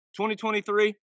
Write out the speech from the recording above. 2023